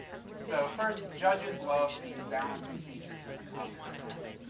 so first, judges love these balancing features in the copyright act.